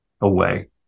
away